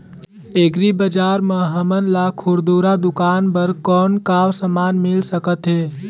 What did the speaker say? Agri बजार म हमन ला खुरदुरा दुकान बर कौन का समान मिल सकत हे?